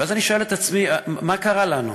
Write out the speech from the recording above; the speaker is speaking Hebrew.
ואז אני שואל את עצמי: מה קרה לנו?